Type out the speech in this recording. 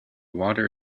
water